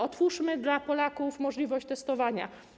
Otwórzmy dla Polaków możliwość testowania.